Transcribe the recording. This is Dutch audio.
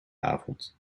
avond